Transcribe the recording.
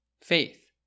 Faith